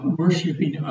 worshipping